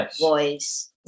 voice